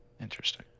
interesting